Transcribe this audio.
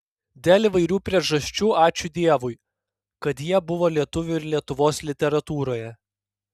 dėl įvairių priežasčių ačiū dievui kad jie buvo lietuvių ir lietuvos literatūroje